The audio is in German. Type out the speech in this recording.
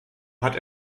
hat